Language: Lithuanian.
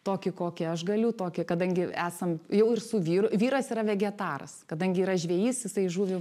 tokį kokį aš galiu tokį kadangi esam jau ir su vyru vyras yra vegetaras kadangi yra žvejys jisai žuvį